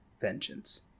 Vengeance